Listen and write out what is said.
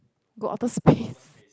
go outer space